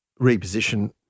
reposition